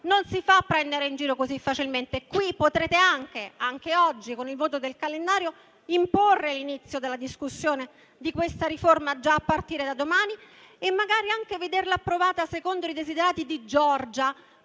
non si fa prendere in giro così facilmente. Anche oggi, con il voto del calendario, potrete imporre l'inizio della discussione di questa riforma già a partire da domani e magari anche vederla approvata secondo i desideri di Giorgia,